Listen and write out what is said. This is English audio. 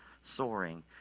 Soaring